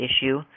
issue